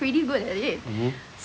mmhmm